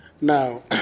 Now